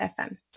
FM